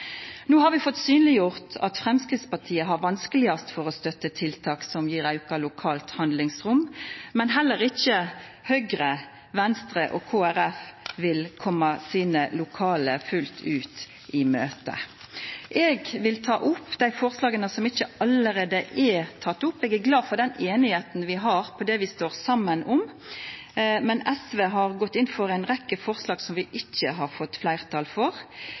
No har vi fått synleggjort at Framstegspartiet har vanskelegast for støtta tiltak som gjev auka lokalt handlingsrom, men heller ikkje Høgre, Venstre og Kristeleg Folkeparti vil fullt ut koma sine lokale i møte. Eg vil ta opp dei forslaga som SV har saman med andre, og som ikkje allereie er tekne opp. Eg er glad for den einigheita vi har om det vi står saman om, men SV har gått inn for ei rekkje forslag som vi ikkje har fått fleirtal for.